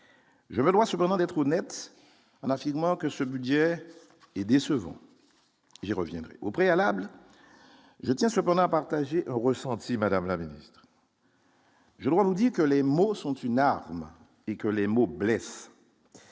Levallois ce moment d'être honnête, en affirmant que ce budget est décevant, il reviendrait au préalable, je tiens cependant à partager ressenti, Madame la Ministre. Je revendique les mots sont une arme et que les mots, bref,